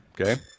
Okay